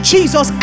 Jesus